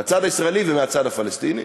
מהצד הישראלי ומהצד הפלסטיני,